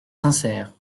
sincère